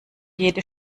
jede